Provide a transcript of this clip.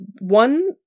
one